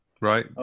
right